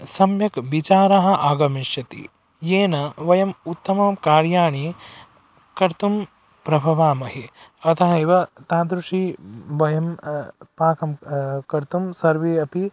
सम्यक् विचारः आगमिष्यति येन वयम् उत्तमं कार्याणि कर्तुं प्रभवामहे अतः एव तादृशं वयं पाकं कर्तुं सर्वे अपि